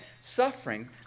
suffering